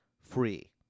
free